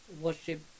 worship